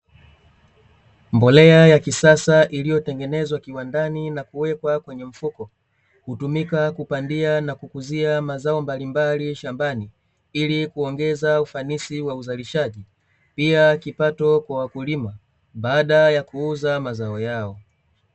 Mbolea ya kisasa iliyo tengenezwa kiwandani na kuwekwa kwenye mfuko, hutumika kupandia na kukuzia mazao mbalimbali shambani, ili kuongeza ufanisi wa uzalishaji, pia kipato kwa wakulima baada ya kuuza mazao yao.